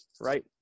right